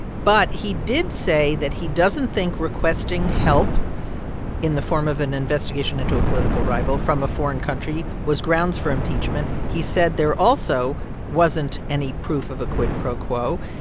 but he did say that he doesn't think requesting help in the form of an investigation into a political rival from a foreign country was grounds for impeachment. he said there also wasn't any proof of a quid pro quo.